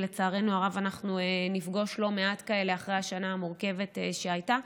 ולצערנו הרב אנחנו נפגוש לא מעט כאלה אחרי השנה המורכבת שהייתה,